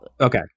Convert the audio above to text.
okay